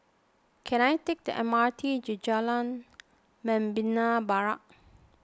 can I take the M R T to Jalan Membina Barat